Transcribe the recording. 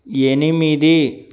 ఎనిమిది